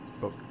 book